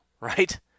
right